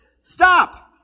Stop